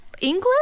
English